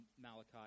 Malachi